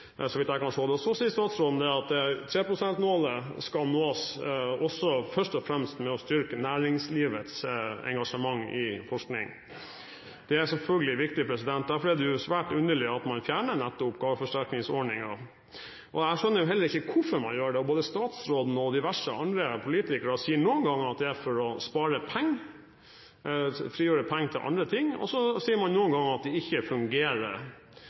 så vidt jeg kan se. Så sier statsråden at 3 pst.-målet skal nås først og fremst ved å styrke næringslivets engasjement i forskningen. Det er selvfølgelig viktig, og derfor er det svært underlig at man fjerner nettopp gaveforsterkningsordningen. Jeg skjønner heller ikke hvorfor man gjør det. Både statsråden og diverse andre politikere sier noen ganger at det er for å spare penger, frigjøre penger til andre ting, og så sier man andre ganger at det ikke fungerer